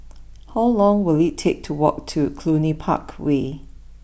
how long will it take to walk to Cluny Park way